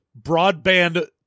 broadband